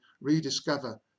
rediscover